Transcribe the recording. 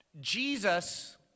jesus